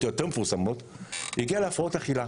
היותר מפורסמות הגיעה להפרעות אכילה